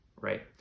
right